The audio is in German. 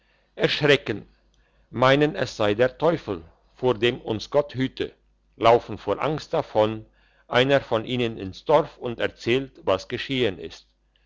erschrecken meinen es sei der teufel vor dem uns gott behüte laufen vor angst davon einer von ihnen ins dorf und erzählt was geschehen sei